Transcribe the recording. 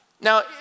Now